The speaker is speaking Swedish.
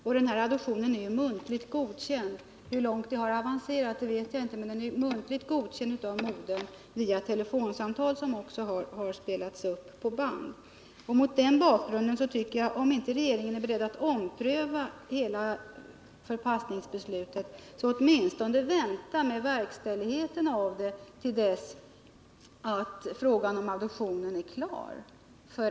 Hur långt adoptionen har avancerat vet jag inte, men den är muntligt godkänd av modern vid telefonsamtal, som har spelats in på band. Om regeringen inte vill ompröva förpassningsbeslutet, bör den åtminstone vänta med verkställigheten till dess frågan om adoption är klar.